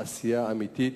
בעשייה אמיתית.